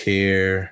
Care